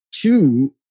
Two